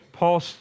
Paul